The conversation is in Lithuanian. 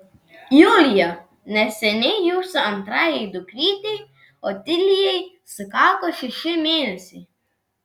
julija neseniai jūsų antrajai dukrytei otilijai sukako šeši mėnesiai